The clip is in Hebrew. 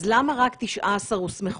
אז למה רק 19 הוסמכו?